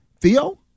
Theo